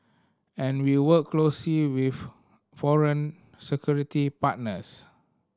and we work closely with foreign security partners